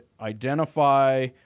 identify